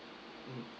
mm